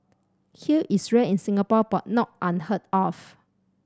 hail is rare in Singapore but not unheard of